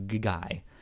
guy